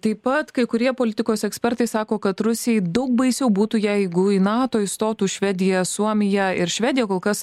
taip pat kai kurie politikos ekspertai sako kad rusijai daug baisiau būtų jeigu į nato įstotų švedija suomija ir švedija kol kas